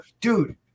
Dude